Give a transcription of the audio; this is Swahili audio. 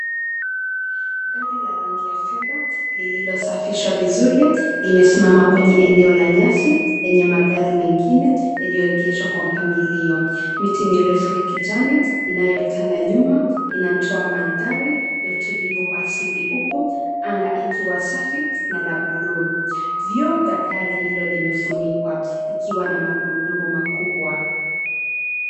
Gari la rangi ya fedha, lililosafishwa vizuri, limesimama kwenye eneo la nyasi, lenye magari mengine, yaliyoegeshwa kwa mpangilio. Miti mirefu kijani inayotanda nyuma, inatoa mandhari ya utulivu kwa asili huku anga ikiwa safi na la bluu. Vioo vya gari hilo limefunikwa likiwa na magurudumu makubwa.